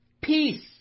peace